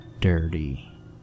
dirty